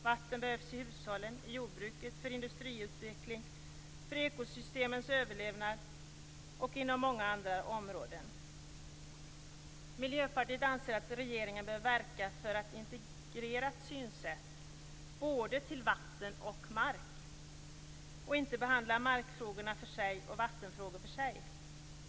Vatten behövs i hushållen, i jordbruket, för industriutveckling, för ekosystemens överlevnad och inom många andra områden. Miljöpartiet anser att regeringen bör verka för ett integrerat synsätt på både vatten och mark och inte behandla markfrågor för sig och vattenfrågor för sig.